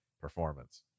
performance